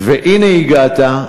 והנה הגעת.